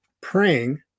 praying